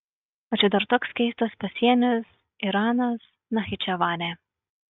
o čia dar toks keistas pasienis iranas nachičevanė